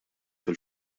fil